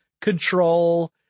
control